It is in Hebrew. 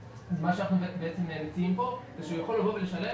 אנחנו מציעים כאן שהוא יכול לבוא ולשלם